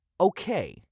okay